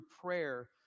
prayer